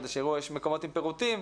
יש מקומות עם פירוטים,